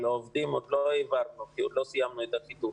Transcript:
אבל את העובדים עוד לא העברנו כי עוד לא סיימנו את החיתוך.